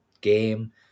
game